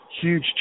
huge